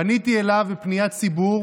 פניתי אליו בפניית ציבור